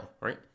right